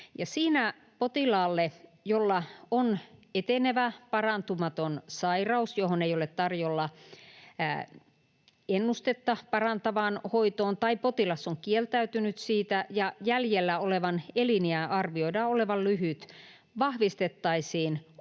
Siinä potilaalle, jolla on etenevä, parantumaton sairaus, johon ei ole tarjolla ennustetta parantavaan hoitoon, tai potilas on kieltäytynyt siitä, ja jolla jäljellä olevan eliniän arvioidaan olevan lyhyt, vahvistettaisiin